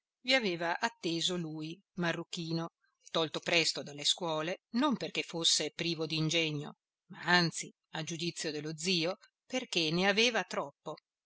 vi aveva atteso lui marruchino tolto presto dalle scuole non perché fosse privo d'ingegno ma anzi a giudizio dello zio perché ne aveva troppo